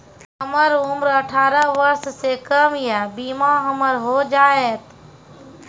हमर उम्र अठारह वर्ष से कम या बीमा हमर हो जायत?